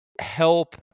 help